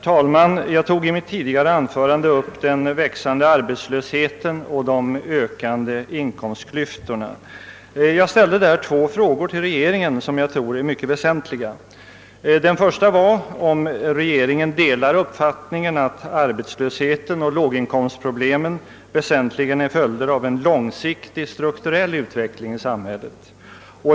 Herr talman! I mitt tidigare anförande tog jag upp den växande arbetslösheten och de ökande inkomstklyftorna, och jag ställde två frågor till regeringen som jag tror är mycket väsentliga. Den första var om regeringen delar uppfattningen att arbetslösheten och låginkomstproblemen väsentligen är följder av en långsiktig strukturell utveckling i samhället.